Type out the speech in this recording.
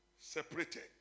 separated